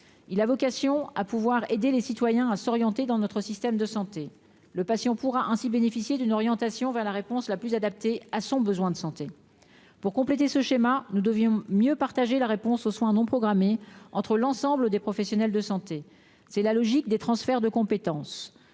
il a vocation à pouvoir aider les citoyens à s'orienter dans notre système de santé le patient pourra ainsi bénéficier d'une orientation vers la réponse la plus adaptée à son besoin de santé. Pour compléter ce schéma, nous devions mieux partager la réponse aux soins non programmés entre l'ensemble des professionnels de santé, c'est la logique des transferts de compétences,